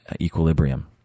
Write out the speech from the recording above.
equilibrium